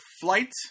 flight